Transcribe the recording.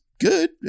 good